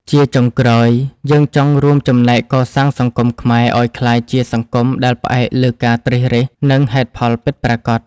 ជាចុងក្រោយ យើងចង់រួមចំណែកកសាងសង្គមខ្មែរឱ្យក្លាយជាសង្គមដែលផ្អែកលើការត្រិះរិះ និងហេតុផលពិតប្រាកដ។